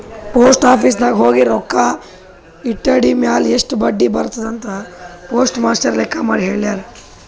post office ನಾಗ್ ಹೋಗಿ ರೊಕ್ಕಾ ಇಟ್ಟಿದಿರ್ಮ್ಯಾಲ್ ಎಸ್ಟ್ ಬಡ್ಡಿ ಬರ್ತುದ್ ಅಂತ್ ಪೋಸ್ಟ್ ಮಾಸ್ಟರ್ ಲೆಕ್ಕ ಮಾಡಿ ಹೆಳ್ಯಾರ್